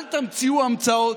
אל תמציאו המצאות.